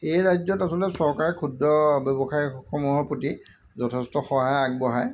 এই ৰাজ্যত আচলতে চৰকাৰে ক্ষুদ্ৰ ব্যৱসায়সমূহৰ প্ৰতি যথেষ্ট সহায় আগবঢ়ায়